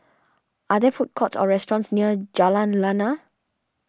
are there food courts or restaurants near Jalan Lana